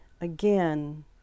again